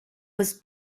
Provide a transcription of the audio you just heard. was